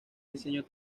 diseño